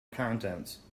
contents